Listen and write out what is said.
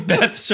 Beth